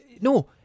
no